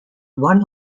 one